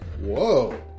Whoa